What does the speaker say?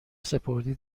سپردی